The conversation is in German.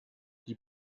die